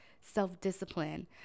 self-discipline